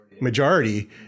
majority